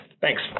Thanks